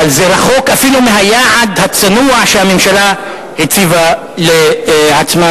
אבל זה רחוק אפילו מהיעד הצנוע שהממשלה הציבה לעצמה,